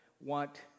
want